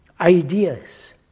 ideas